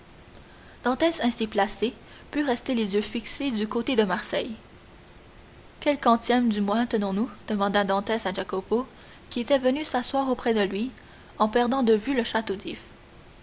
dantès ainsi placé put rester les yeux fixés du côté de marseille quel quantième du mois tenons-nous demanda dantès à jacopo qui était venu s'asseoir après de lui en perdant de vue le château